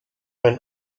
been